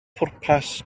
pwrpas